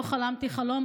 לא חלמתי חלום,